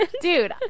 dude